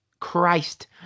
Christ